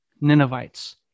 Ninevites